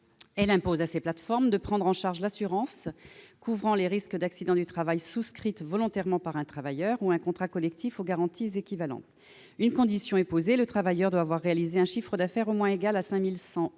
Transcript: Elle impose à ces plateformes de prendre en charge l'assurance couvrant les risques d'accident du travail souscrite volontairement par un travailleur ou un contrat collectif aux garanties équivalentes. Une condition est posée : le travailleur doit avoir réalisé un chiffre d'affaires au moins égal à 5 100